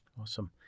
Awesome